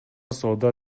соода